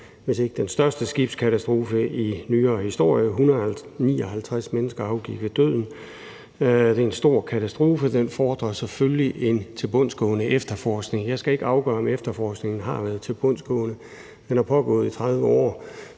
hvis ikke den største skibskatastrofe i nyere historie – 159 mennesker afgik ved døden. Det var en stor katastrofe, og den fordrer selvfølgelig en tilbundsgående efterforskning. Jeg skal ikke afgøre, om efterforskningen har været tilbundsgående. Den har pågået i 30 år,